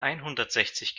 einhundertsechzig